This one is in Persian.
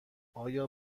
آیا